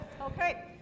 Okay